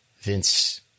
Vince